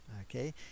okay